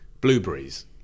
blueberries